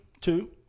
Two